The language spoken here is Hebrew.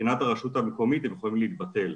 מבחינת הרשות המקומית הם יכולים להתבטל.